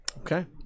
Okay